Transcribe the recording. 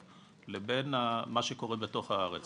לבין מה שקורה בתוך הארץ.